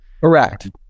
Correct